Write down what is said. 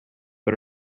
but